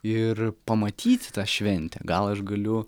ir pamatyti tą šventę gal aš galiu